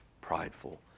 prideful